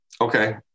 okay